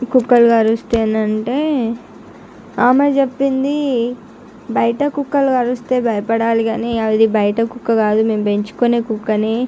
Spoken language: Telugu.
కుక్కలు కరిస్తే అంటే ఆమె చెప్పింది బయట కుక్కలు కరిస్తే భయపడాలి కాని అది బయట కుక్క కాదు మేము పెంచుకొనే కుక్కని